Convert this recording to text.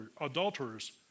adulterers